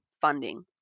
funding